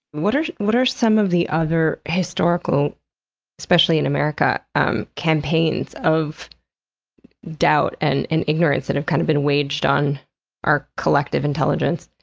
what are what are some of the other historical especially in america um campaigns of doubt and and ignorance that have kind of been waged on our collective intelligence?